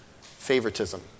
favoritism